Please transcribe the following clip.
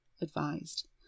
advised